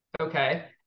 Okay